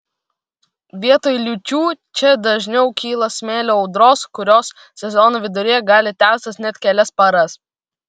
vietoj liūčių čia dažniau kyla smėlio audros kurios sezono viduryje gali tęstis net kelias paras